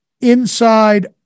inside